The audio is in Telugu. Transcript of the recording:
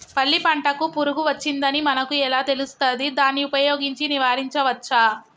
పల్లి పంటకు పురుగు వచ్చిందని మనకు ఎలా తెలుస్తది దాన్ని ఉపయోగించి నివారించవచ్చా?